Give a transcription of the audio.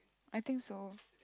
I think so